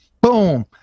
boom